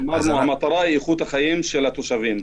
אמרנו: המטרה היא איכות החיים של התושבים.